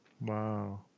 Wow